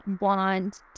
want